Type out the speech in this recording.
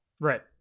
Right